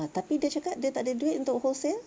ah tapi dia cakap dia tak ada duit untuk wholesale